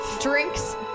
drinks